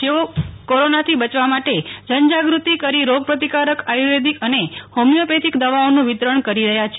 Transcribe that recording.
જેવો કોરોનાથી બચવા માટે જનજાગૃતિ કરી રોગ પ્રતિકારક આર્યુવેદીક ને હોમીઓપેથીક દવાઓનું વિતરણ કરી રહ્યા છે